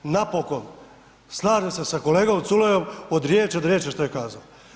Napokon, slažem se sa kolegom Culejem od riječi do riječi što je kazao.